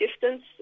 distance